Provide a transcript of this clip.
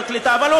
הקליטה והתפוצות.